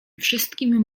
wszystkim